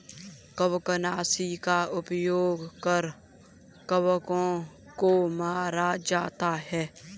कवकनाशी का उपयोग कर कवकों को मारा जाता है